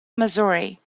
missouri